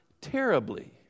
terribly